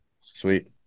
Sweet